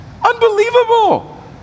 Unbelievable